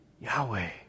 Yahweh